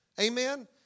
amen